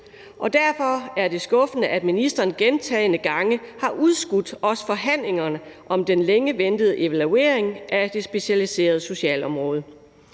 og derfor er det skuffende, at ministeren gentagne gange har udskudt forhandlingerne om den længe ventede evaluering af det specialiserede socialområde.